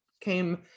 came